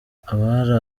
abari